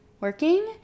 working